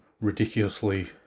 ridiculously